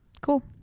cool